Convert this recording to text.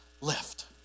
left